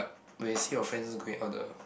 when you see your friends going out the